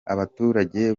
abaturage